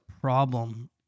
problem